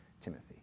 Timothy